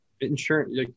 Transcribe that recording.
insurance